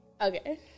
Okay